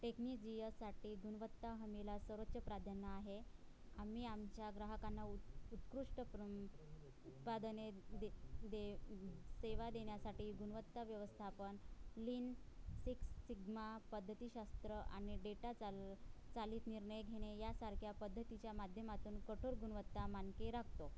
टेक्निजीयससाठी गुणवत्ता हमीला सर्वोच्च प्राधान्य आहे आम्ही आमच्या ग्राहकांना उ उत्कृष्ट प्रं उत्पादने दे दे सेवा देण्यासाठी गुणवत्ता व्यवस्थापन लिन सिक्स सिग्मा पद्धतीशास्त्र आणि डेटा चाल चालित निर्णय घेणे यासारख्या पद्धतीच्या माध्यमातून कठोर गुणवत्ता मानके राखतो